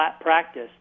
practice